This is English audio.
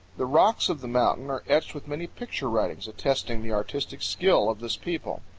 the rocks of the mountain are etched with many picture-writings attesting the artistic skill of this people.